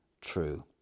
true